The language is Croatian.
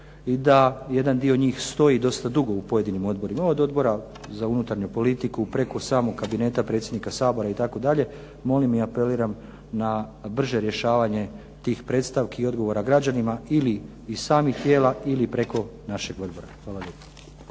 i da jedan dio njih stoji dosta dugo u pojedinim odborima. Od Odbora za unutarnju politiku, preko samog Kabineta Predsjednika Sabora itd. Molim i apeliram na brže rješavanje tih predstavki i odgovora građanima ili i samih tijela ili preko našeg odbora. Hvala lijepo.